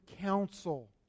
counsel